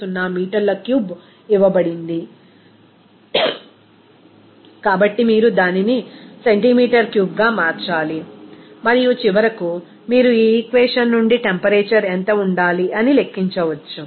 150 మీటర్ల క్యూబ్ ఇవ్వబడింది కాబట్టి మీరు దానిని సెంటీమీటర్ క్యూబ్గా మార్చాలి మరియు చివరకు మీరు ఈ ఈక్వేషన్ నుండి టెంపరేచర్ ఎంత ఉండాలి అని లెక్కించవచ్చు